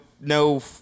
no